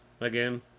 again